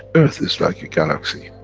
earth is like a galaxy,